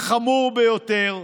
החמור ביותר,